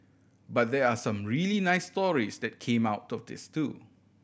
but there were some really nice stories that came out this too